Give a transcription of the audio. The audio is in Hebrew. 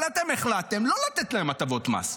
אבל אתם החלטתם לא לתת להם הטבות מס,